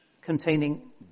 containing